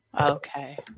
Okay